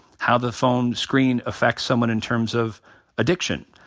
how the phone screen affects someone in terms of addiction.